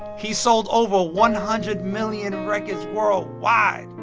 he's sold over one hundred million records worldwide.